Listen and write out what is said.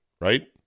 right